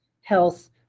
health